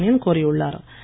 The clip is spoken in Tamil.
சுப்ரமணியன் கோரியுள்ளார்